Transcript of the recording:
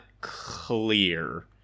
clear